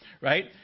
Right